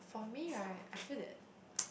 for me right I feel that